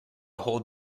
hold